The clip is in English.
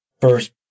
first